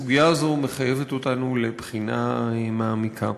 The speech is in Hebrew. הסוגיה הזו מחייבת אותנו לבחינה מעמיקה.